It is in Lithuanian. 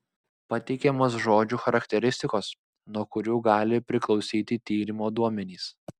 pateikiamos žodžių charakteristikos nuo kurių gali priklausyti tyrimo duomenys